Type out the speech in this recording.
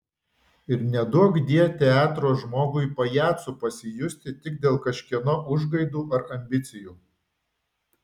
ir neduokdie teatro žmogui pajacu pasijusti tik dėl kažkieno užgaidų ar ambicijų